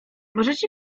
możecie